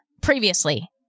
previously